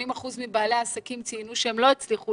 80 אחוזים מבעלי העסקים ציינו שהם לא הצליחו